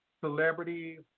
celebrities